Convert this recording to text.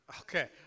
okay